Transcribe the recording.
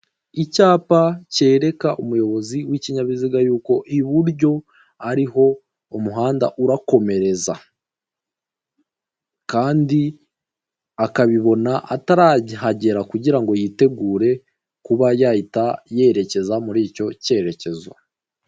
Icyapa cyereka umuyobozi w'ikinyabiziga yuko iburyo ariho umuhanda urakomereza kandi akabibona atarahagera kugira ngo yitegure kuba yahita yerekeza muri icyo cyerekezo.